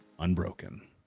Unbroken